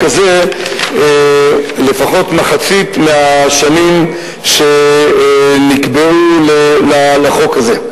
מחצית מהשנים שנקבעו בחוק הזה.